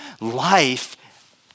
life